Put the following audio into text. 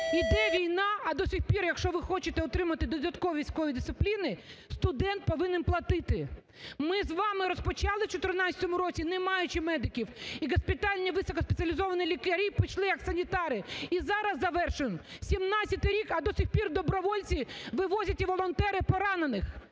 Іде війна, а до сих пір, якщо ви хочете отримати додаткові військові дисципліни, студент повинен платити! Ми з вами розпочали в 2014 році, не маючи медиків. І госпітальні високоспеціалізовані лікарі пішли, як санітари! І зараз завершуємо – сімнадцяти рік, - а до сих пір добровольці вивозять і волонтери поранених!